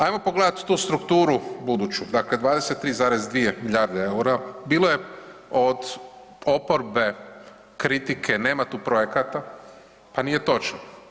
Ajmo pogledat tu strukturu buduću, dakle 23,2 milijarde eura bilo je od oporbe kritike nema tu projekata, pa nije točno.